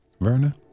Verna